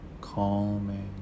calming